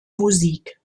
musik